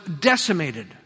decimated